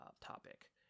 topic